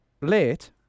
late